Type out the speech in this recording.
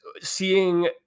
seeing